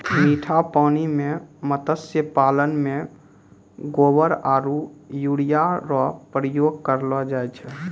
मीठा पानी मे मत्स्य पालन मे गोबर आरु यूरिया रो प्रयोग करलो जाय छै